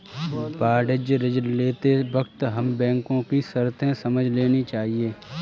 वाणिज्यिक ऋण लेते वक्त हमें बैंको की शर्तें समझ लेनी चाहिए